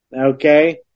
Okay